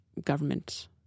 government